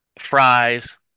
fries